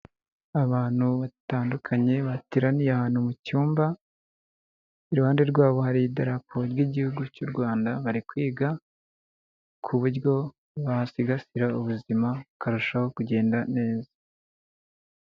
Abantu batandukanye bateraniye ahantu mu cyumba iruhande rw'abo hari idarapo ry'igihugu cy'u Rwanda, bari kwiga ku buryo basigasira ubuzima bukarushaho kugenda neza.